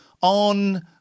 on